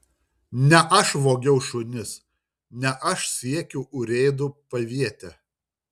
ne aš vogiau šunis ne aš siekiu urėdų paviete